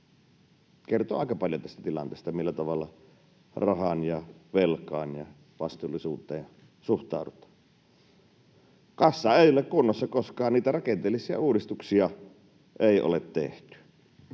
Kertoo aika paljon tästä tilanteesta, millä tavalla rahaan ja velkaan ja vastuullisuuteen suhtaudutaan. Kassa ei ole kunnossa, koska niitä rakenteellisia uudistuksia ei ole tehty,